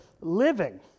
living